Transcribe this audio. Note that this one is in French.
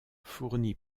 fourni